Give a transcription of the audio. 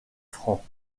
francs